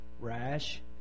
rash